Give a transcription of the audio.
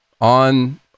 on